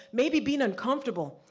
maybe being uncomfortable,